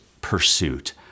pursuit